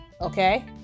Okay